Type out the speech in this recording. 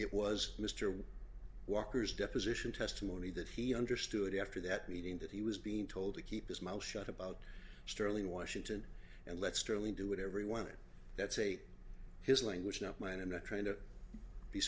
it was mr walker's deposition testimony that he understood after that meeting that he was being told to keep his mouth shut about sterling washington and let sterling do whatever he wanted that say his language not mine and not trying to be